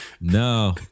No